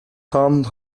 home